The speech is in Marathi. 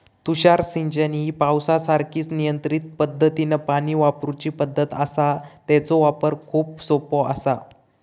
तुषार सिंचन ही पावसासारखीच नियंत्रित पद्धतीनं पाणी वापरूची पद्धत आसा, तेचो वापर खूप सोपो आसा